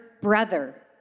brother